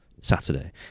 Saturday